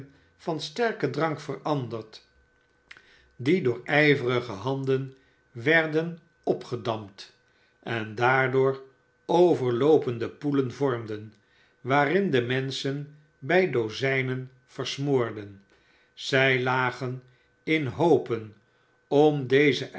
van sterken drank veradderd die door ijverige handen werden opgedamd en daardoor overloopende poelen vormden waarin de menschen bij dozijnen versmoorden zij lagen in hoopen om dezen